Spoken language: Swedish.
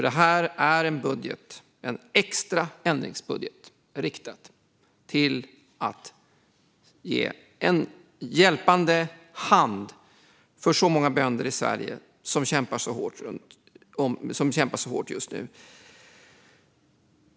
Det här är en extra ändringsbudget med inriktning på att ge en hjälpande hand till de många bönder i Sverige som kämpar så hårt just nu.